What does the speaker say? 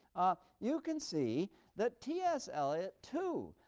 ah you can see that t s. eliot, too,